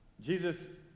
Jesus